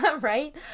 right